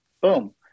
boom